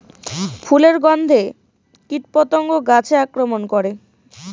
ফুলের গণ্ধে কীটপতঙ্গ গাছে আক্রমণ করে?